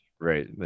Right